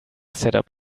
setup